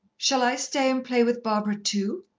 shall i stay and play with barbara too?